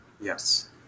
Yes